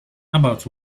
about